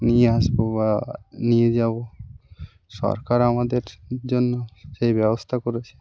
নিয়ে আসব বা নিয়ে যাব সরকার আমাদের জন্য সেই ব্যবস্থা করেছে